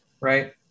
Right